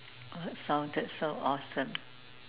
what sounded so awesome